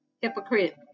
hypocrite